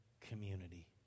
community